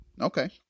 Okay